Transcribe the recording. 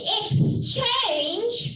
exchange